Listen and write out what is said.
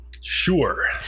sure